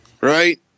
Right